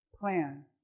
plan